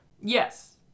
Yes